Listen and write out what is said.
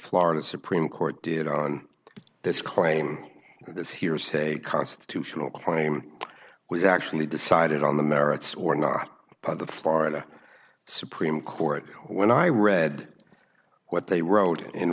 florida supreme court did on this claim this hearsay constitutional claim was actually decided on the merits or not but the florida supreme court when i read what they wrote